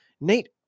nate